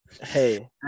Hey